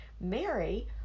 Mary